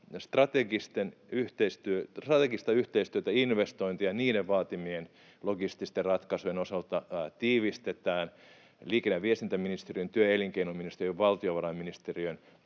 strategista yhteistyötä investointien vaatimien logististen ratkaisujen osalta tiivistetään liikenne‑ ja viestintäministeriön, työ‑ ja elinkeinoministeriön ja valtiovarainministeriön